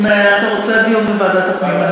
אם אתה רוצה דיון בוועדת הפנים,